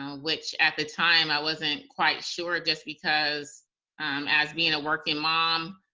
which at the time i wasn't quite sure just because as, being a working mom,